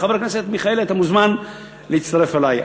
חבר הכנסת מיכאלי, אתה מוזמן להצטרף אלי.